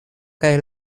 kaj